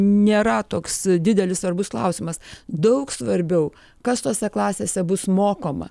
nėra toks didelis svarbus klausimas daug svarbiau kas tose klasėse bus mokoma